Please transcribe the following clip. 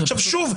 שוב,